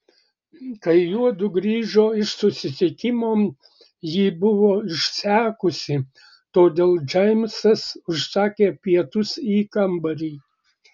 kai juodu grįžo iš susitikimo ji buvo išsekusi todėl džeimsas užsakė pietus į kambarį